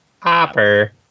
Popper